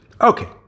Okay